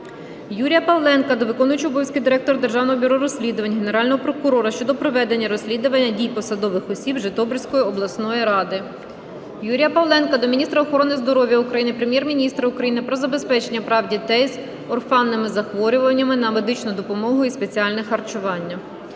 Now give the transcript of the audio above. Юрія Павленка до виконувача обов'язків директора Державного бюро розслідувань, Генерального прокурора щодо проведення розслідування дій посадових осіб Житомирської обласної ради. Юрія Павленка до міністра охорони здоров'я України, Прем'єр-міністра України про забезпечення прав дітей з орфанними захворюваннями на медичну допомогу і спеціальне харчування.